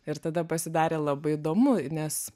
ir tada pasidarė labai įdomu nes